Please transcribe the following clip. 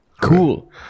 Cool